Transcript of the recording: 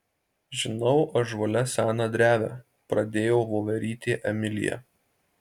žinau ąžuole seną drevę pradėjo voverytė emilija